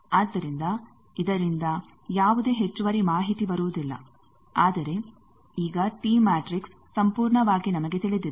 ಆದ್ದರಿಂದ ಇದರಿಂದ ಯಾವುದೇ ಹೆಚ್ಚುವರಿ ಮಾಹಿತಿ ಬರುವುದಿಲ್ಲ ಆದರೆ ಈಗ ಟಿ ಮ್ಯಾಟ್ರಿಕ್ಸ್ ಸಂಪೂರ್ಣವಾಗಿ ನಮಗೆ ತಿಳಿದಿದೆ